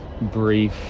brief